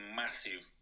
massive